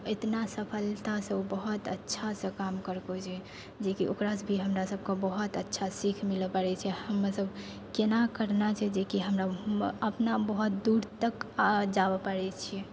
एतना सफलतासँ उ बहुत अच्छासँ काम करलको छै जेकि ओकरासँ भी हमरा सबके बहुत अच्छा सीख मिलऽ पड़ै छै हमऽ सब केना करनऽ छै जे कि हमरा अपना बहुत दूर तक आ जाबऽ पड़ै छियै